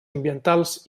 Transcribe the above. ambientals